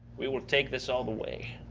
we will take this all the way.